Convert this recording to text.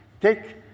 Take